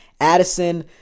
Addison